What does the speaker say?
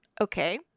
Okay